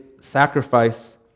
sacrifice